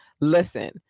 Listen